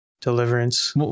deliverance